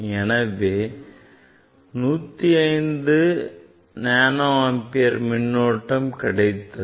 எனவே இதற்கு 105 nano ampere மின்னோட்டம் கிடைத்தது